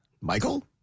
Michael